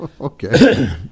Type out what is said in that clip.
Okay